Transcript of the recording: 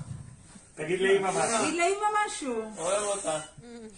אני ידעתי שאני אראה את זה ואולי זה יעורר אתכם רגשית,